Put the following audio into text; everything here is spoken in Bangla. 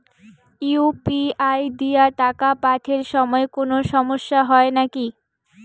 ইউ.পি.আই দিয়া টাকা পাঠের সময় কোনো সমস্যা হয় নাকি?